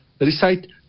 recite